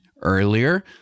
earlier